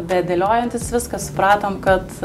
bedėliojantis viską supratom kad